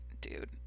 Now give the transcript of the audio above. dude